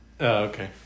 okay